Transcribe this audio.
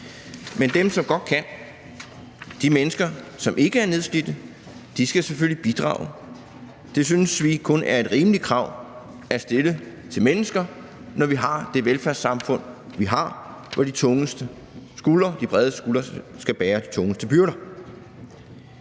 Men dem, som godt kan, altså de mennesker, som ikke er nedslidte, skal selvfølgelig bidrage. Det synes vi kun er et rimeligt krav at stille til mennesker, når vi har det velfærdssamfund, vi har, hvor de bredeste skuldre skal bære de tungeste byrder.